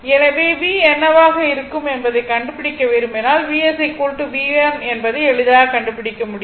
எனவே Vs என்னவாக இருக்கும் என்பதைக் கண்டுபிடிக்க விரும்பினால் Vs V1 என்பதை எளிதாக கண்டுபிடிக்க முடியும்